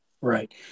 Right